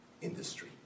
industry